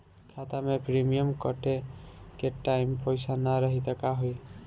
खाता मे प्रीमियम कटे के टाइम पैसा ना रही त का होई?